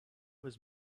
was